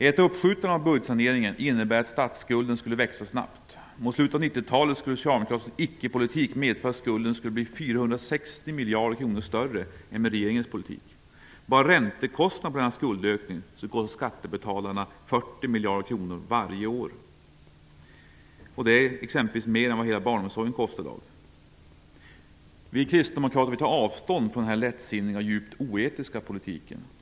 Ett uppskjutande av budgetsaneringen innebär att statsskulden skulle växa snabbt. Mot slutet av 90 talet skulle Socialdemokraternas icke-politik medföra att skulden skulle bli 460 miljarder kronor högre än med regeringens politik. Bara räntekostnaderna på denna skuldökning skulle kosta skattebetalarna 40 miljarder kronor varje år, vilket är mer än vad exempelvis hela barnomsorgen kostar i dag. Vi kristdemokrater tar avstånd från denna lättsinniga och djupt oetiska politik.